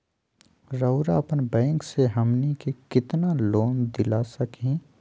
रउरा अपन बैंक से हमनी के कितना लोन दिला सकही?